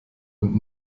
und